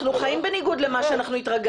אנחנו חיים בניגוד למה שהתרגלנו.